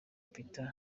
peter